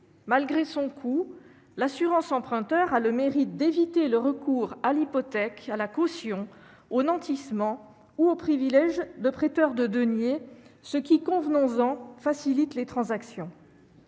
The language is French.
Malgré son coût, l'assurance emprunteur a le mérite d'éviter le recours à l'hypothèque, à la caution, au nantissement ou au privilège de prêteur de deniers, ce qui, convenons-en, facilite les transactions.